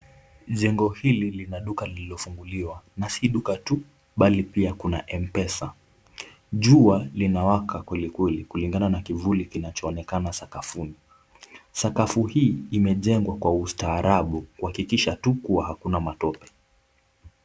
Zingo hili lina duka lililofunguliwa, na si duka tu bali pia kuna mpesa, jua limewaka kwelikweli kulingana na kivuli kinachoonekana sakafuni, sakafu hii imejengwa kwa ustaarabu kuhakikisha kuwa hakuna matope.